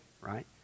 right